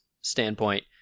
standpoint